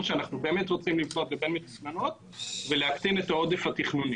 שאנחנו --- ולהקטין את העודף התכנוני.